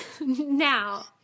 Now